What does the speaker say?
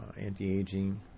anti-aging